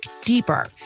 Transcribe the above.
deeper